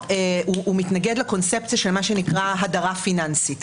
מתנגד לקונספציה של מה שנקרא הדרה פיננסית.